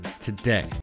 today